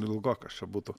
ilgokas čia būtų